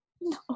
No